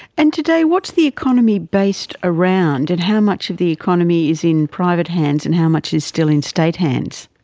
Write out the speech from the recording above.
and today what's the economy based around and how much of the economy is in private hands and how much is still in state hands?